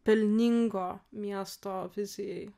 pelningo miesto vizijai